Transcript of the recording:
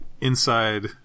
inside